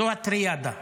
זו הטריאדה: